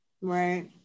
right